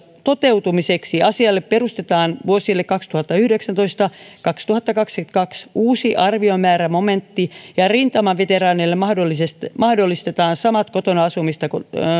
toteutumiseksi asialle perustetaan vuosille kaksituhattayhdeksäntoista viiva kaksituhattakaksikymmentäkaksi uusi arviomäärämomentti ja rintamaveteraaneille mahdollistetaan mahdollistetaan samat kotona asumista